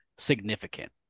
Significant